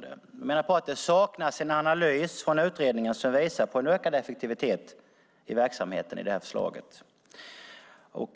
De menar att det saknas en analys från utredningen som visar att det här förslaget ger en ökad effektivitet i verksamheten.